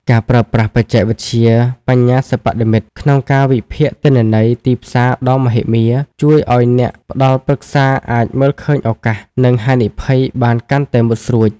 ការប្រើប្រាស់បច្ចេកវិទ្យាបញ្ញាសិប្បនិម្មិត ក្នុងការវិភាគទិន្នន័យទីផ្សារដ៏មហិមា ជួយឱ្យអ្នកផ្ដល់ប្រឹក្សាអាចមើលឃើញឱកាស និងហានិភ័យបានកាន់តែមុតស្រួច។